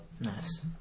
Nice